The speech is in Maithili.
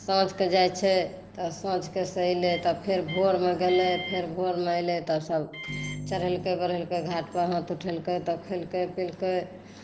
साँझ कऽ जाइ छै तऽ साँझ कऽ एलै तऽ फेर भोर मे गेलै तऽ भोर मे एलै तऽ सब चढ़ेलकै बढ़ेलक घाट पर हाथ उठेलकै तब खेलकै पिलकै